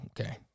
Okay